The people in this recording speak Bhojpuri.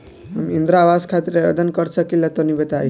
हम इंद्रा आवास खातिर आवेदन कर सकिला तनि बताई?